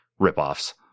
ripoffs